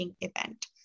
event